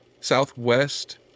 southwest